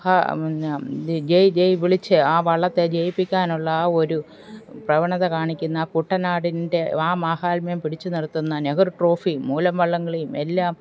ജെയ് ജെയ് വിളിച്ച് ആ വള്ളത്തെ ജയിപ്പിക്കാനുള്ള ആ ഒരു പ്രവണത കാണിക്കുന്ന കുട്ടനാടിൻ്റെ ആ മഹാത്മ്യം പിടിച്ച് നിർത്തുന്ന നെഹ്റു ട്രോഫിയും മൂലം വള്ളംകളിയും എല്ലാം